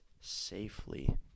safely